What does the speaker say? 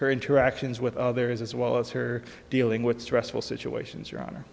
her interactions with others as well as her dealing with stressful situations around